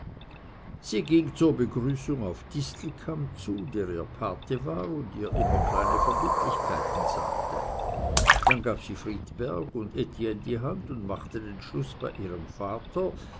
sie ging zur begrüßung auf distelkamp zu der ihr pate war und ihr immer kleine verbindlichkeiten sagte dann gab sie friedeberg und etienne die hand und machte den schluß bei ihrem vater